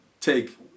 take